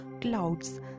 clouds